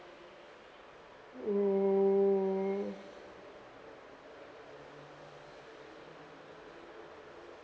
mm